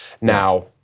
Now